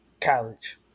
college